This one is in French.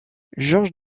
georges